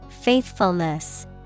Faithfulness